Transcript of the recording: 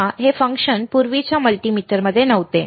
पहा हे फंक्शन पूर्वीच्या मल्टीमीटरमध्ये नव्हते